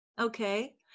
Okay